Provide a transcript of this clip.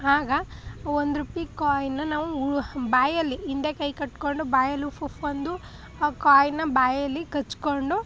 ಆಗ ಒಂದು ರೂಪೀ ಕಾಯಿನ್ನ ನಾವು ಬಾಯಲ್ಲಿ ಹಿಂದೆ ಕೈ ಕಟ್ಕೊಂಡು ಬಾಯಲ್ಲಿ ಉಫ್ ಉಫ್ ಅಂದು ಆ ಕಾಯಿನ್ನ ಬಾಯಲ್ಲಿ ಕಚ್ಕೊಂಡು